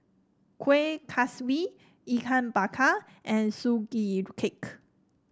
Kueh Kaswi Ikan Bakar and Sugee Cake